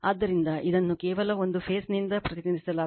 ಆದ್ದರಿಂದ ಇದನ್ನುಕೇವಲ ಒಂದು ಫೇಸ್ ನಿಂದ ಪ್ರತಿನಿಧಿಸಲಾಗುತ್ತದೆ